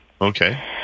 Okay